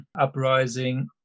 uprising